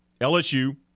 LSU